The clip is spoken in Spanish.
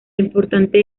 importante